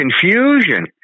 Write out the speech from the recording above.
confusion